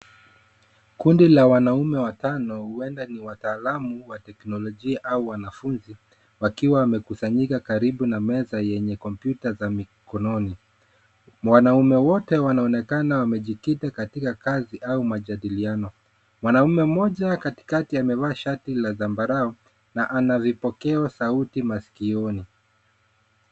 Kundi la wanaume watano huenda ni wataalamu wa teknolojia au wanafunzi, wakiwa wamekusanyika karibu na meza yenye kompyuta za mikononi. Wanaume wote wanaonekana wamejikita katika kazi au majadiliano. Mwanamume mmoja katikati amevaa shati la zambarau na anavipokeo sauti masikioni.